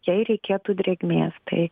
jai reikėtų drėgmės tai